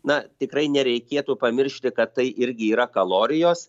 na tikrai nereikėtų pamiršti kad tai irgi yra kalorijos